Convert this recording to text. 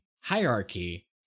hierarchy